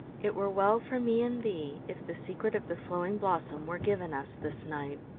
it were well for me and thee if the secret of the flowing blossom were given us this night.